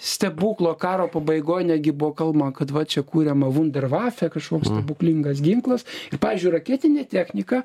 stebuklo karo pabaigoj netgi buvo kalbama kad va čia kuriama vunder vafe kažkoks stebuklingas ginklas pavyzdžiui raketinė technika